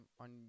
on